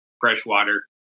freshwater